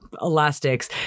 elastics